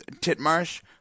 Titmarsh